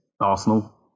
Arsenal